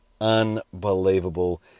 Unbelievable